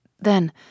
Then